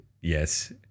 yes